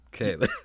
Okay